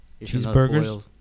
Cheeseburgers